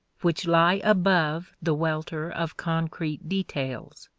which lie above the welter of concrete details.